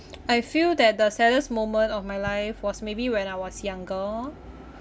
I feel that the saddest moment of my life was maybe when I was younger